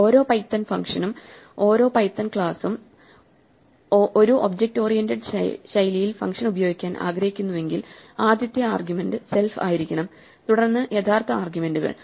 ഓരോ പൈത്തൺ ഫംഗ്ഷനും ഓരോ പൈത്തൺ ക്ലാസുംഒരു ഒബ്ജക്റ്റ് ഓറിയന്റഡ് ശൈലിയിൽ ഫംഗ്ഷൻ ഉപയോഗിക്കാൻ ആഗ്രഹിക്കുന്നുവെങ്കിൽ ആദ്യത്തെ ആർഗ്യുമെന്റ് സെൽഫ് ആയിരിക്കണം തുടർന്ന് യഥാർത്ഥ ആർഗ്യുമെന്റുകൾ